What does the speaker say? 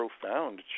profound